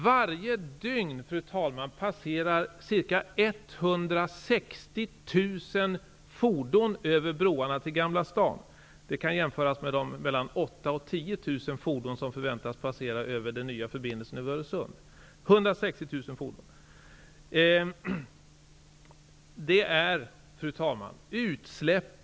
Varje dygn, fru talman, passerar ca 160 000 fordon över broarna till Gamla stan. Det kan jämföras med de mellan 8 000 och 10 000 fordon som förväntas passera över den nya Öresundsförbindelsen. Jag upprepar: 160 000 fordon. Fru talman!